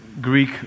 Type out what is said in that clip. Greek